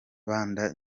rubanda